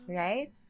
right